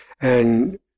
And-